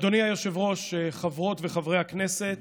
אדוני היושב-ראש, חברות וחברי הכנסת,